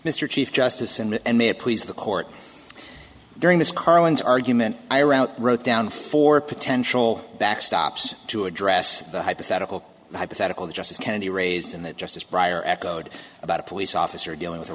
mr chief justice and may it please the court during this carlin's argument i round wrote down for potential backstops to address the hypothetical hypothetical justice kennedy raised in the justice briar echoed about a police officer dealing with a